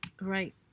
Right